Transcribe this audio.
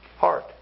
heart